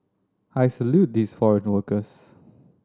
I salute these foreign workers